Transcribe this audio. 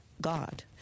God